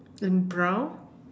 in brown